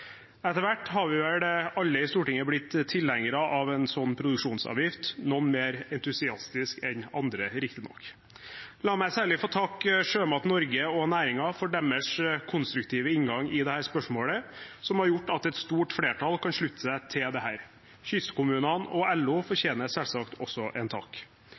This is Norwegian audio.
Etter hvert har vel alle i Stortinget blitt tilhengere av en slik produksjonsavgift – noen mer entusiastiske enn andre, riktignok. La meg særlig få takke Sjømat Norge og næringen for deres konstruktive inngang i dette spørsmålet, som har gjort at et stort flertall kan slutte seg til dette. Kystkommunene og LO fortjener selvsagt også en